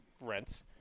Rents